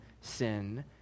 sin